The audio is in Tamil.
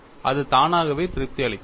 அது தானாகவே திருப்தி அளித்தது